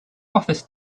office